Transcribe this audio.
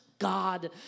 God